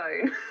phone